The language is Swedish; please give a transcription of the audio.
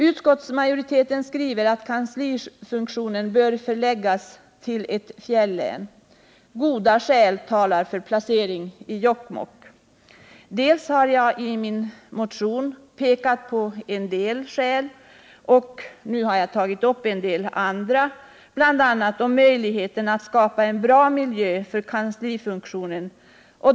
Utskottsmajoriteten skriver att kanslifunktionen bör förläggas till ett fjällän. Goda skäl talar för en placering i Jokkmokk. Dels har jag i min motion pekat på en del skäl, dels har jag nu tagit upp en del andra, bl.a. beträffande möjligheterna att skapa en bra miljö för kanslifunktionen.